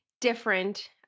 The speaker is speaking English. different